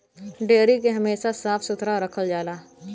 dairy के हमेशा साफ सुथरा रखल जाला